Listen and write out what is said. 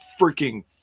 freaking